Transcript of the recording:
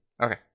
Okay